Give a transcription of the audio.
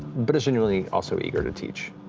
but is genuinely also eager to teach,